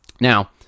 Now